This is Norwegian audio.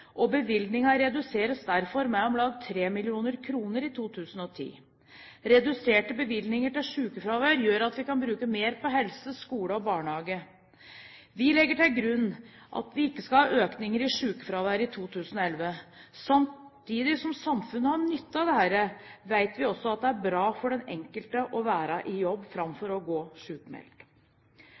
og bevilgningen reduseres derfor med om lag 3 mrd. kr i 2010. Reduserte bevilgninger til sykefravær gjør at vi kan bruke mer på helse, skole og barnehage. Vi legger til grunn at vi ikke skal ha økninger i sykefraværet i 2011. Samtidig som samfunnet har nytte av dette, vet vi også at det er bra for den enkelte å være i jobb framfor å gå